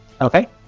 Okay